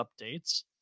updates